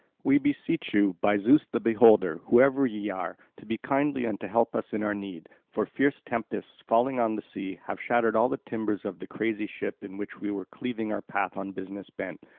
we beseech you, by zeus the beholder, whoever ye are, to be kindly and to help us in our need. for fierce tempests, falling on the sea, have shattered all the timbers of the crazy ship in which we were cleaving our path on business bent.